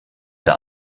der